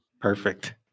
Perfect